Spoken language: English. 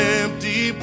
empty